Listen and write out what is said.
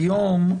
היום,